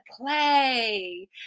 play